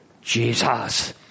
Jesus